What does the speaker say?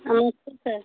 नमस्ते सर